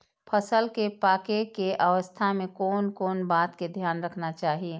फसल के पाकैय के अवस्था में कोन कोन बात के ध्यान रखना चाही?